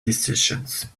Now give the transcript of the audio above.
decisions